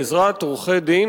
בעזרת עורכי-דין,